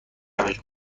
روش